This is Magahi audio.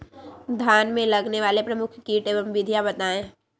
धान में लगने वाले प्रमुख कीट एवं विधियां बताएं?